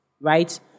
Right